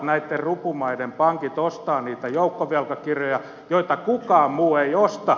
näitten rupumaiden pankit ostavat niitä joukkovelkakirjoja joita kukaan muu ei osta